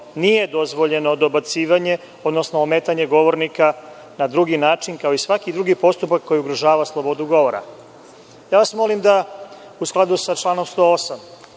nije dozvoljeno dobacivanje, odnosno ometanje govornika na drugi način, ako i svaki drugi postupak koji ugrožava slobodu govora. Molim vas da u skladu sa članom 108.